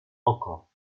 oko